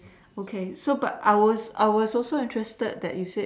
okay so but I was I was also interested that you said